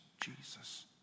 Jesus